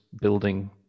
building